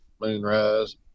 moonrise